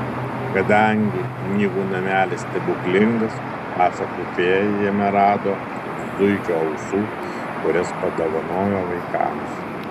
kadangi knygų namelis stebuklingas pasakų fėja jame rado ir zuikio ausų kurias padovanojo vaikams